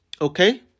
Okay